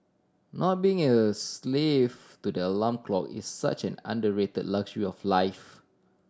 not being a slave to the alarm clock is such an underrated luxury life